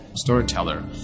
storyteller